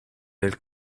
del